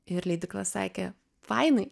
ir leidykla sakė fainai